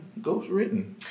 ghostwritten